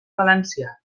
valencià